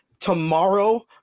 tomorrow